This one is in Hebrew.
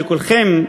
שכולכם,